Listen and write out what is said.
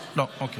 לא, אוקיי.